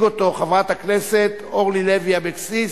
תציג אותו חברת הכנסת אורלי לוי אבקסיס,